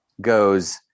goes